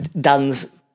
Dan's